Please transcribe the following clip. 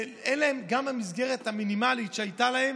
גם המסגרת המינימלית שהייתה להם,